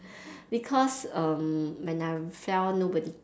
because when I'm fell nobody